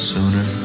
Sooner